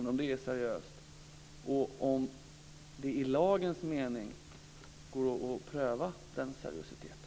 Går det att i lagens mening pröva den seriositeten?